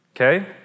okay